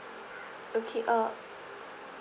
okay uh